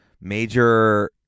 major